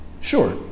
Sure